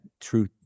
truth